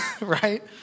right